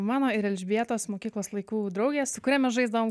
mano ir elžbietos mokyklos laikų draugė su kuria mes žaisdavom